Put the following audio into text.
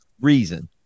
reason